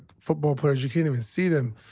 football players, you can't even see them.